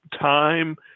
time